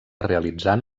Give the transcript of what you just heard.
realitzant